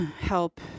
help